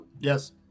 Yes